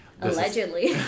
Allegedly